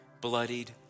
bloodied